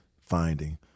finding